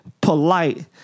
polite